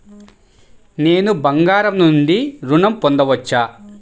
నేను బంగారం నుండి ఋణం పొందవచ్చా?